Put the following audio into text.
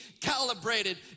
calibrated